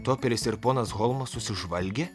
toperis ir ponas holmas susižvalgė